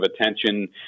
attention